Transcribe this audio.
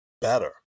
better